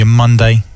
Monday